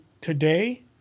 today